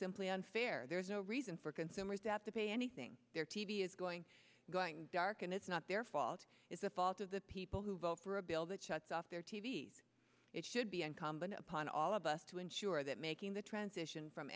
simply unfair there is no reason for consumers to have to pay anything their t v is going going dark and it's not their fault it's the fault of the people who vote for a bill that shuts off their t v s it should be incumbent upon all of us to ensure that making the transition from